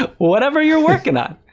ah whatever you're working on